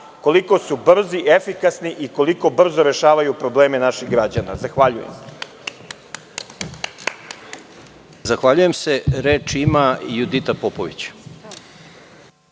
koliko su brzi, efikasni i koliko brzo rešavaju probleme naših građana. Zahvaljujem se. **Žarko Korać** Zahvaljujem se. Reč ima Judita Popović.